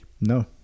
No